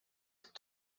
have